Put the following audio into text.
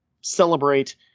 celebrate